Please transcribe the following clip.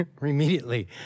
immediately